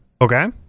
okay